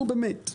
נו, באמת.